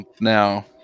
now